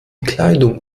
kleidung